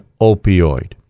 opioid